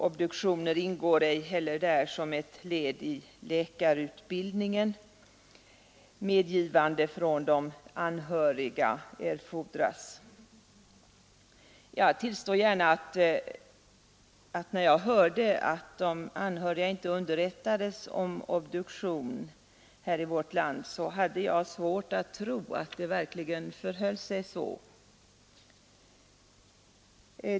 Obduktioner ingår där ej heller som ett led i läkarutbildningen. Medgivande från de anhöriga erfordras. Jag tillstår gärna att när jag hörde att de anhöriga inte underrättades om obduktion här i landet hade jag svårt att tro att det verkligen förhöll sig så.